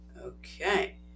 Okay